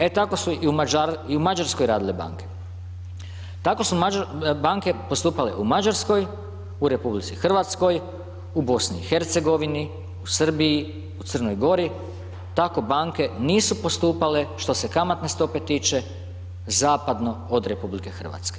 E tako su i u Mađarskoj radile banke, tako su banke postupale u Mađarskoj, u RH, u BiH, u Srbiji, u Crnoj Gori, tako banke nisu postupale što se kamatne stope tiče zapadno od RH.